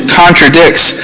contradicts